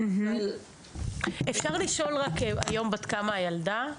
אבל --- אפשר לשאול רק היום בת כמה הילדה?